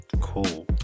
cool